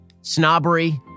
snobbery